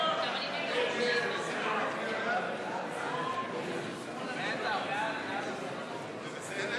הצעת סיעת מרצ להביע אי-אמון בממשלה